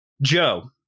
Joe